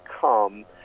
come